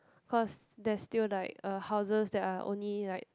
cause there's still like uh houses that are only like